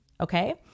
okay